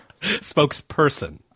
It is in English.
spokesperson